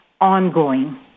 ongoing